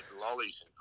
lollies